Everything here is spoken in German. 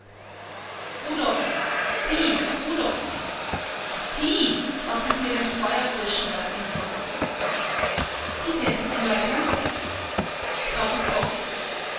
rudolf sie rudolf sie lassen s mir den feuerburschen dort in ruh bitte herr leutnant trabucco